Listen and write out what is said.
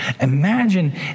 Imagine